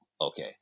okay